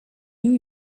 new